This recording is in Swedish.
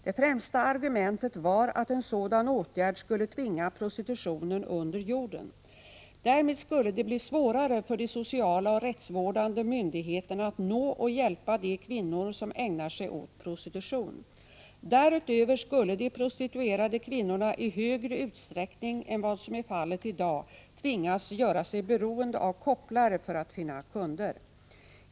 Det främsta argumentet var att en sådan åtgärd skulle tvinga prostitutionen under jorden. Därmed skulle det bli svårare för de sociala och rättsvårdande myndigheterna att nå och hjälpa de kvinnor som ägnar sig åt prostitution. Därutöver skulle de prostituerade kvinnorna i större utsträckning än vad som är fallet i dag tvingas göra sig beroende av kopplare för att finna kunder.